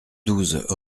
douze